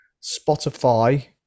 Spotify